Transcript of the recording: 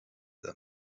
them